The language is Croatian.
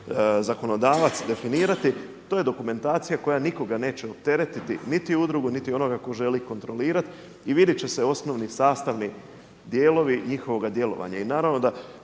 zakonodavac definirati to je dokumentacija koja nikoga neće opteretiti niti udrugu, niti onoga tko želi kontrolirati i vidjet će se osnovni, sastavni dijelovi njihovoga djelovanja.